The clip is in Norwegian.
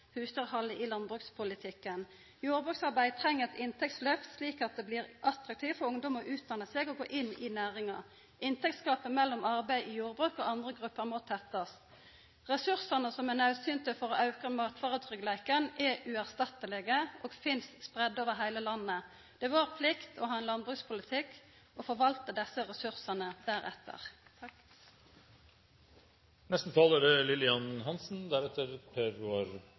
husdyrhaldet i landbrukspolitikken. Jordbruksarbeid treng eit inntektslyft, slik at det blir attraktivt for ungdom å utdanna seg for å gå inn i næringa. Inntektsgapet mellom dei som arbeidar i jordbruk og andre grupper, må tettast. Ressursane som er naudsynte for å auka matvaretryggleiken, er uerstattelege og finst spreidde over heile landet. Det er vår plikt å ha ein landbrukspolitikk som forvaltar desse ressursane deretter. I tillegg til det